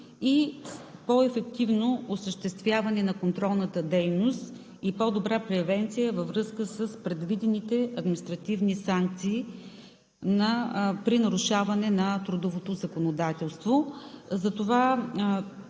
по-ефективно осъществяване на контролната дейност и по-добра превенция във връзка с предвидените административни санкции при нарушаване на трудовото законодателство.